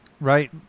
Right